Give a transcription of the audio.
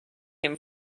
him